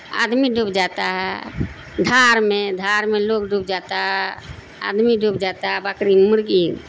آدمی ڈوب جاتا ہے دھار میں دھار میں لوگ ڈوب جاتا ہے آدمی ڈوب جاتا ہے بکری مرغی